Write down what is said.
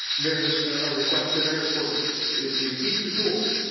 there's a request and therefore they keep the tools.